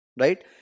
right